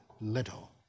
little